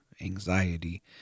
anxiety